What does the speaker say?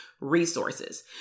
resources